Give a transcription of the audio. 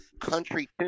country